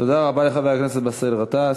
תודה רבה לחבר הכנסת באסל גטאס.